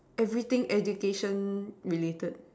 everything education related